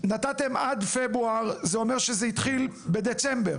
נתתם עד פברואר, זה אומר שזה התחיל בדצמבר.